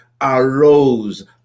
arose